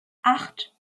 acht